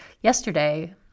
Yesterday